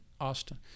Austin